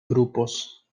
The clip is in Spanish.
grupos